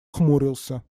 хмурился